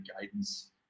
guidance